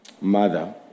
mother